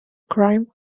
crime